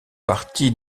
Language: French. partie